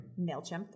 MailChimp